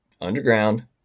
underground